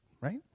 right